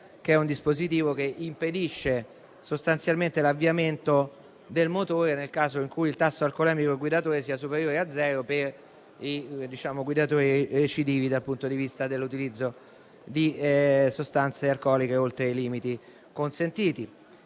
che è un dispositivo che sostanzialmente impedisce l'avviamento del motore nel caso in cui il tasso alcolemico del guidatore sia superiore a zero per i guidatori recidivi dal punto di vista dell'utilizzo di sostanze alcoliche oltre i limiti consentiti.